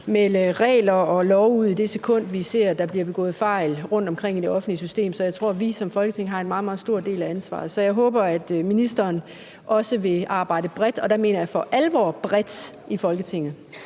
melde regler og love ud, i det sekund vi ser der bliver begået fejl rundtomkring i det offentlige system. Så jeg tror, vi som Folketing har en meget, meget stor del af ansvaret. Jeg håber, at ministeren også vil arbejde bredt, og der mener jeg for alvor bredt, i Folketinget.